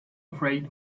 afraid